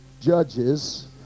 judges